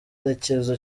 cyiza